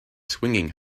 swinging